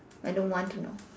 I don't want to know